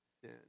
sin